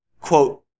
Quote